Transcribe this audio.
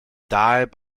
died